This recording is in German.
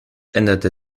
änderte